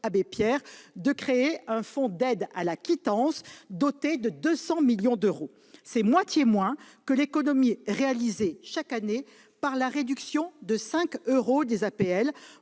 de créer un fonds d'aide à la quittance doté de 200 millions d'euros. C'est moitié moins que l'économie réalisée chaque année par la réduction de 5 euros des APL,